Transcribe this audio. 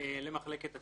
למחלקת התביעות.